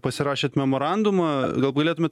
pasirašėt memorandumą gal galėtumėt